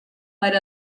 per